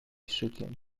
szykiem